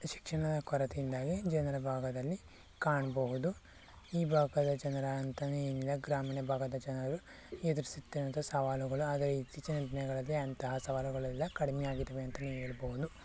ಶಿಕ್ಷಣದ ಕೊರತೆಯಿಂದಾಗಿ ಜನರ ಭಾಗದಲ್ಲಿ ಕಾಣಬಹುದು ಈ ಭಾಗದ ಜನರ ಅಂತಾನೆ ಏನಿಲ್ಲ ಗ್ರಾಮೀಣ ಭಾಗದ ಜನರು ಎದುರ್ಸುತ್ತಿರುವಂಥ ಸವಾಲುಗಳು ಆದರೆ ಇತ್ತೀಚಿನ ದಿನಗಳಲ್ಲಿ ಅಂತಹ ಸವಾಲುಗಳೆಲ್ಲ ಕಡಿಮೆ ಆಗಿದಾವೆ ಅಂತನೇ ಹೇಳ್ಬೋದು